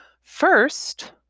first